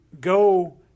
go